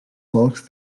solcs